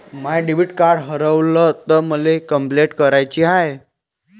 माय debit card हारवल तर मले कंपलेंट कराची हाय